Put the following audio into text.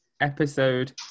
episode